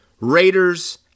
Raiders